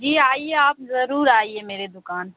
جی آئیے آپ ضرور آئیے میری دکان